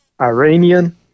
Iranian